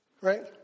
right